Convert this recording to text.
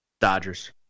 Dodgers